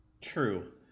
true